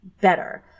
better